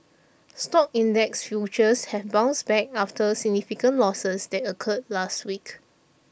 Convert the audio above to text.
stock index futures have bounced back after significant losses that occurred last week